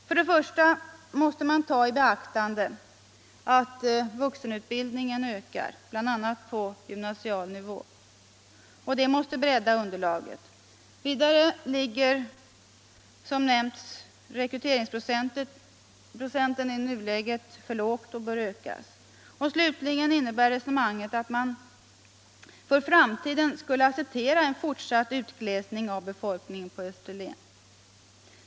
Till att börja med måste man ta i beaktande att vuxenutbildningen ökar, bl.a. på gymnasial nivå. Det måste bredda underlaget. Vidare ligger, som nämnts, rekryteringsprocenten i nuläget för lågt och bör ökas. Slutligen innebär resonemanget att man för framtiden skulle acceptera en fortsatt utglesning av befolkningen på Österlen.